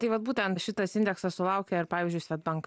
tai vat būtent šitas indeksas sulaukė ir pavyzdžiui swedbank